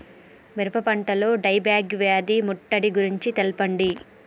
మిరప పంటలో die back వ్యాధి ముట్టడి గురించి తెల్పండి?